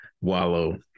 Wallow